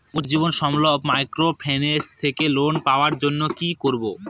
Ujjivan small microfinance থেকে loan পাওয়ার জন্য কি করব?